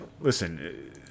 listen